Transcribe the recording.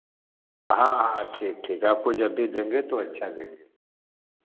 हाँ हाँ ठीक ठीक आपको जब भी देंगे तो अच्छा देंगे